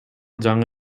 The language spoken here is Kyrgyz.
жаңы